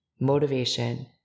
motivation